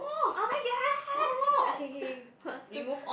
oh-my-god one two